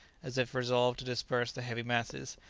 as if resolved to disperse the heavy masses,